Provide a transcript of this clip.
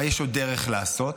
יש עוד דרך לעשות.